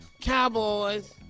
Cowboys